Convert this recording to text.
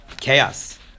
chaos